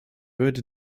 würde